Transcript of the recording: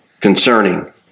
concerning